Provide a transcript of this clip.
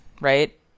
right